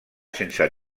sense